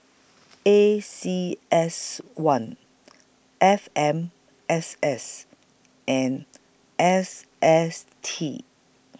A C S one F M S S and S S T